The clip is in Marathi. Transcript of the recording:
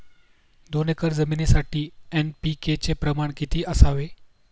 दोन एकर जमिनीसाठी एन.पी.के चे प्रमाण किती असावे?